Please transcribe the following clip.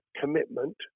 commitment